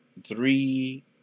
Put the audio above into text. three